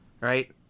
right